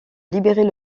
libérer